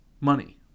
Money